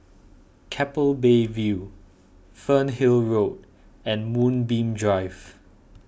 Keppel Bay View Fernhill Road and Moonbeam Drive